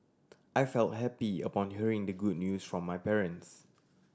I felt happy upon hearing the good news from my parents